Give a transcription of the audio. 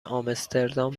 آمستردام